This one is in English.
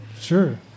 sure